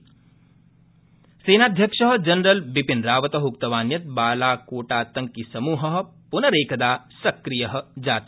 सेनाध्यक्ष सेनाध्यक्ष जनरल बिपिनरावत उक्तवान् यत् बालाकोटातंकिसमूह प्नरेकदा सक्रिय जात